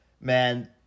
Man